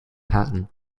pattern